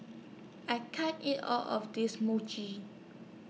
I can't eat All of This Muji